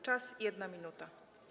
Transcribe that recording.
Czas - 1 minuta.